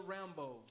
Rambo